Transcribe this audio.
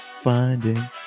Finding